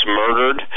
murdered